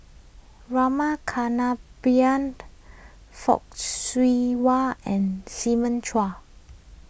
Rama Kannabiran Fock Siew Wah and Simon Chua